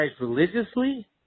religiously